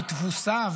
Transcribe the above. תבוסה,